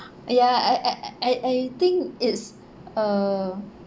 ya I I I I I think is uh